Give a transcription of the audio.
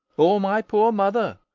or my poor mother,